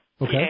Okay